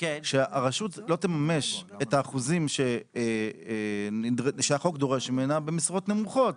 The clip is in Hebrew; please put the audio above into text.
שהרשות לא תממש את האחוזים שהחוק דורש ממנה במשרות נמוכות?